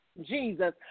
Jesus